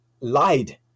lied